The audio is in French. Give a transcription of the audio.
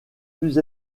plus